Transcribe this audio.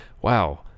Wow